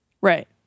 Right